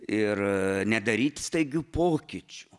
ir nedaryti staigių pokyčių